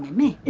me